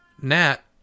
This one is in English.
nat